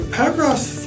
paragraphs